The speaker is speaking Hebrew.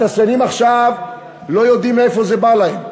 התעשיינים עכשיו לא יודעים מאיפה זה בא להם.